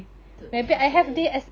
untuk diri sendiri eh